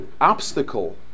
obstacle